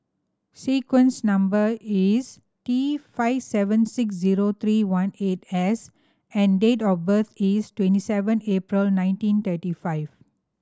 number sequence is T five seven six zero three one eight S and date of birth is twenty seven April nineteen thirty five